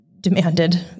demanded